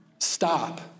Stop